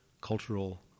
cultural